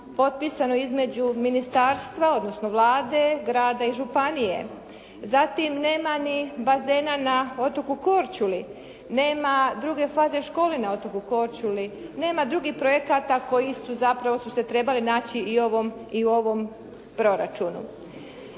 potpisan između ministarstva, odnosno Vlade, grada i županije, zatim nema ni bazena na otoku Korčuli, nema druge faze škole na otoku Korčuli, nema drugih projekata koji su se zapravo trebali naći i u ovom proračunu.